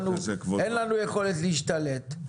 אין לנו יכולת להשתלט.